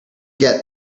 get